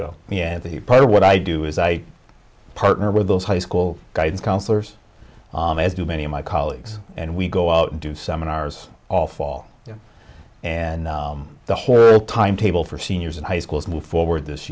go yeah the part of what i do is i partner with those high school guidance counselors as do many of my colleagues and we go out and do some in ours all fall and the whole timetable for seniors in high schools move forward this